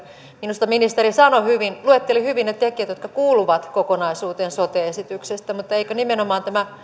minusta ministeri sanoi hyvin luetteli hyvin ne tekijät jotka kuuluvat kokonaisuuteen sote esityksessä mutta eikö nimenomaan tämä